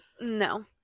no